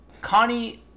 Connie